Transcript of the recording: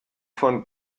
von